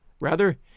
Rather